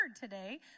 today